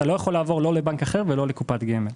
אתה לא יכול לעבור לא לבנק אחר ולא לקופת גמל.